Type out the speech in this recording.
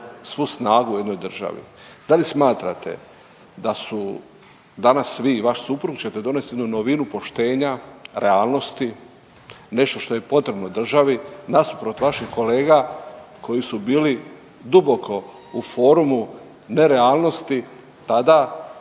svu snagu u jednoj državi. Da li smatrate da su danas, vi i vaš suprug ćete donesti jednu novinu poštenja, realnosti, nešto što je potrebno državi nasuprot vaših kolega koji su bili duboko u forumu nerealnosti tada